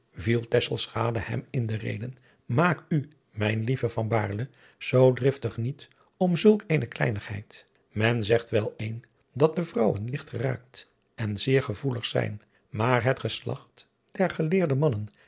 viel tesselschade hem in de reden maak u mijn lieve van baerle zoo driftig niet om zulk eene kleinigheid men zegt wel een dat de vrouwen ligt geraakt en zeer gevoelig zijn maar het geslacht der geleerde mannen